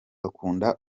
bakunda